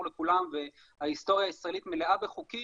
לכולם וההיסטוריה הישראלית מלאה בחוקים